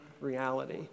reality